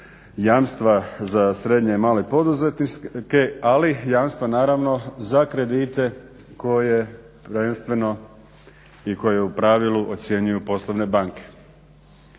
jamstva za srednje i male poduzetnike ali jamstva naravno za kredite koje prvenstveno i koje u pravilu ocjenjuju poslovne banke.